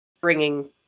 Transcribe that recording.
bringing